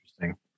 interesting